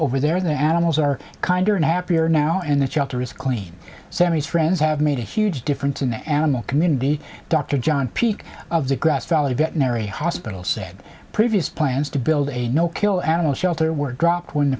over there the animals are kinder and happier now and the chapter is clean sammy's friends have made a huge difference in the animal community dr john peak of the grass valley veterinary hospital said previous plans to build a no kill animal shelter were dropped when